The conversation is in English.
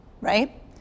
right